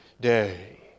day